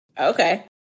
okay